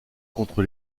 contre